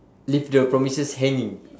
leave the promises hanging